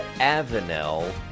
Avenel